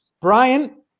Brian